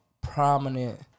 prominent